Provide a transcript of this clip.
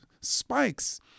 spikes